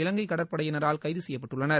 இலங்கை கடற்படையினரால் கைது செய்யப்பட்டுள்ளனர்